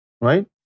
right